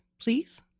Please